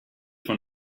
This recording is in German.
von